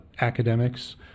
academics